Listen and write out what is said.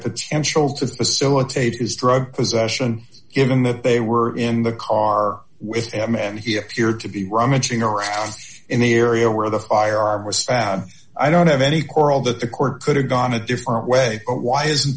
potential to facilitate is drug possession given that they were in the car with him and he appeared to be rummaging around in the area where the firearm was sad i don't have any quarrel that the court could have gone a different way why isn't